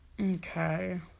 okay